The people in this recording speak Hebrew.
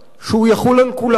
שהוא יחול על כולם.